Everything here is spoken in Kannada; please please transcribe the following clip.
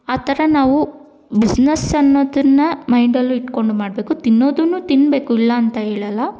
ಆ ಥರ ನಾವು ಬಿಸ್ನಸ್ ಅನ್ನೋದನ್ನ ಮೈಂಡಲ್ಲೂ ಇಟ್ಕೊಂಡು ಮಾಡಬೇಕು ತಿನ್ನೋದನ್ನು ತಿನ್ಬೇಕು ಇಲ್ಲ ಅಂತ ಹೇಳಲ್ಲ